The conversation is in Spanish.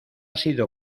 sido